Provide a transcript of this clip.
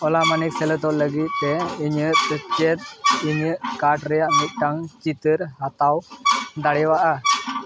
ᱳᱞᱟ ᱢᱟᱱᱤ ᱥᱮᱞᱮᱫ ᱞᱟᱹᱜᱤᱫᱛᱮ ᱤᱧᱫᱚ ᱪᱮᱫ ᱤᱧᱟᱹᱜ ᱠᱟᱨᱰ ᱨᱮᱱᱟᱜ ᱢᱤᱫᱴᱟᱱ ᱪᱤᱛᱟᱹᱨᱤᱧ ᱦᱟᱛᱟᱣ ᱫᱟᱲᱮᱭᱟᱜᱼᱟ